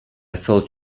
thought